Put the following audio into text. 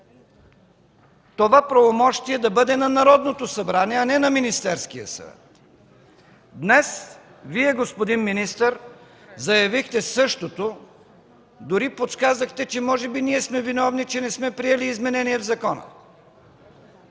това правомощие да бъде на Народното събрание, а не на Министерския съвет. Днес Вие, господин министър, заявихте същото. Дори подсказахте, че може би и ние сме виновни, че не сме приели изменение в закона.